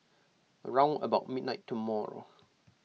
round about midnight tomorrow